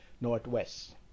Northwest